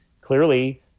clearly